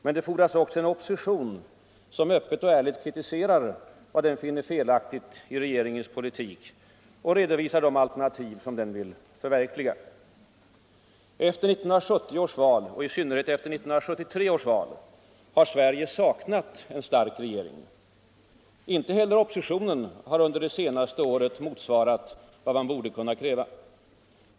Men det fordras också en opposition som öppet och ärligt kritiserar vad den finner felaktigt i regeringens politik och redovisar de alternativ som den vill förverkliga. Efter 1970 års val och i synnerhet efter 1973 års val har Sverige saknat en stark regering. Inte heller oppositionen har under det senaste året motsvarat vad man borde kunna kräva.